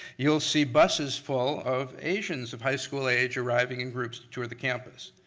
you will see buses full of asians of high school age arriving in groups to tour the campus.